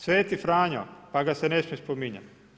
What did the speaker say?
Sveti Franjo pa ga se ne smije spominjati?